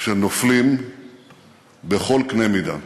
של נופלים בכל קנה-מידה,